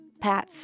path